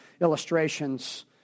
illustrations